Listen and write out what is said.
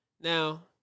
Now